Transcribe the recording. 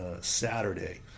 Saturday